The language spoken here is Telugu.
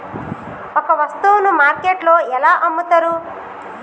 ఒక వస్తువును మార్కెట్లో ఎలా అమ్ముతరు?